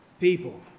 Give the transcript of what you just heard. people